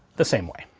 the same way.